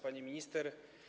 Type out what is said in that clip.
Pani Minister!